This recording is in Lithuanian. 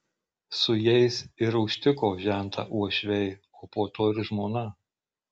su jais ir užtiko žentą uošviai o po to ir žmona